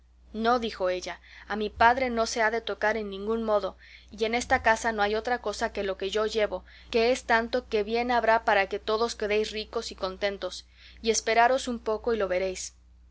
no dijo ella a mi padre no se ha de tocar en ningún modo y en esta casa no hay otra cosa que lo que yo llevo que es tanto que bien habrá para que todos quedéis ricos y contentos y esperaros un poco y lo veréis